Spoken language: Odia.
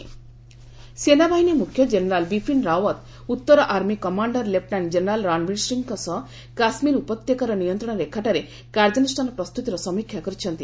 ଆର୍ମି ଚିଫ ସେନାବାହିନୀ ମୁଖ୍ୟ ଜେନେରାଲ ବିପିନ ରାଓ୍ୱତ ଉତ୍ତର army commander lieutenant general Ranbir ସିଂହଙ୍କ ସହ କାଶ୍ମୀର ଉପତ୍ୟକାର ନିୟନ୍ତ୍ରଣ ରେଖାଠାରେ କାର୍ଯ୍ୟାନୁଷ୍ଠାନ ପ୍ରସ୍ତୁତିର ସମୀକ୍ଷା କରିଛନ୍ତି